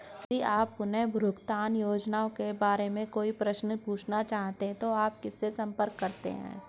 यदि आप पुनर्भुगतान योजनाओं के बारे में कोई प्रश्न पूछना चाहते हैं तो आप किससे संपर्क करते हैं?